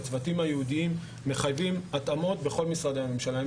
הצוותים הייעודיים מחייבים התאמות בכל משרדי הממשלה,